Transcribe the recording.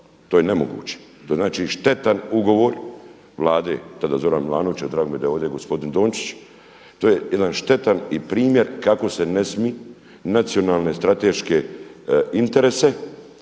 To je nemoguće, to je štetan ugovor vlade tada Zorana Milanovića, drago mi je da je ovdje gospodin Dončić, to je jedan štetan i primjer kako se ne smije nacionalne strateške interese